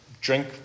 drink